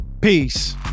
peace